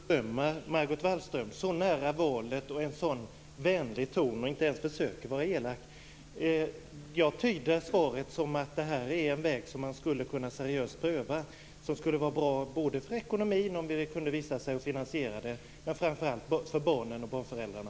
Fru talman! Jag kan inte annat än berömma Margot Wallström som så nära valet har en så vänlig ton och inte ens försöker vara elak. Jag tyder svaret som att det här är en väg som man seriöst skulle kunna pröva. Det skulle kunna vara bra både för ekonomin - om man kan finansiera det - och framför allt för barnen och föräldrarna.